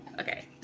okay